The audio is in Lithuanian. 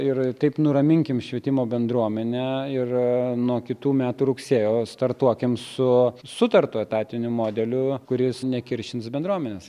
ir taip nuraminkim švietimo bendruomenę ir nuo kitų metų rugsėjo startuokim su sutartu etatiniu modeliu kuris nekiršins bendruomenės